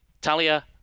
Talia